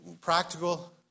practical